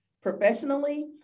professionally